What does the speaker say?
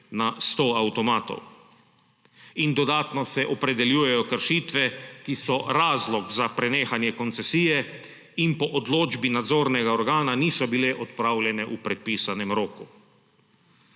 na 100 avtomatov. Dodatno se opredeljujejo kršitve, ki so razlog za prenehanje koncesije in po odločbi nadzornega organa niso bile odpravljene v predpisanem roku.